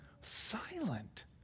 silent